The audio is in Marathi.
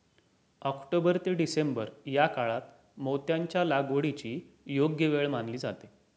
ऑक्टोबर ते डिसेंबर या काळात मोत्यांच्या लागवडीची योग्य वेळ मानली जाते